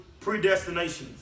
predestinations